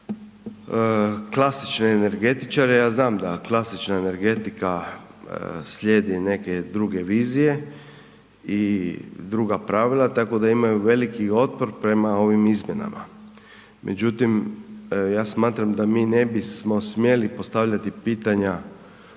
klasične energetičare, ja znam da klasična energetika slijedi neke druge vizije i druga pravila tako da imaju veliki otpor prema ovim izmjenama. Međutim, ja smatram da mi ne bismo smjeli postavljati pitanja